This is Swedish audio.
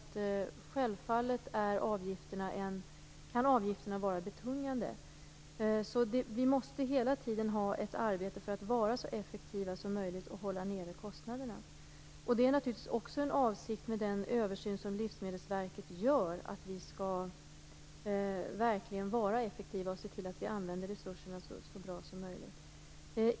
Självfallet kan avgifterna vara betungande. Vi måste hela tiden arbeta för att vara så effektiva som möjligt och hålla nere kostnaderna. Det är naturligtvis också avsikten med den översyn som Livsmedelsverket gör. Vi skall verkligen vara effektiva och se till att vi använder resurserna så bra som möjligt.